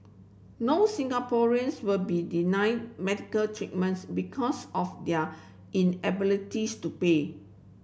no Singaporeans will be denied medical treatments because of their inabilities to pay